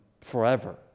forever